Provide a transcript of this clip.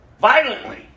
violently